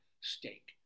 Steak